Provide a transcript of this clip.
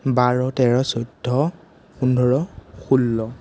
বাৰ তেৰ চৈধ্য পোন্ধৰ ষোল্ল